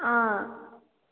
अँ